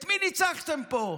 את מי ניצחתם פה,